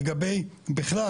לגבי בכלל,